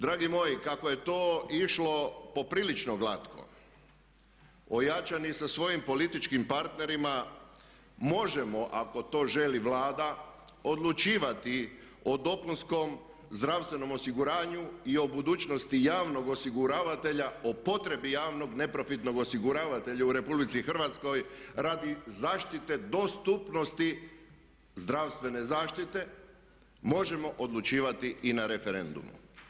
Dragi moji kako je to išlo poprilično glatko, ojačani sa svojim političkim partnerima možemo ako to želi Vlada odlučivati o dopunskom zdravstvenom osiguranju i o budućnosti javnog osiguravatelja, o potrebi javnog, neprofitnog osiguravatelja u RH radi zaštite dostupnosti zdravstvene zaštite možemo odlučivati i na referendumu.